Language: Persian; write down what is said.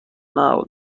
نبود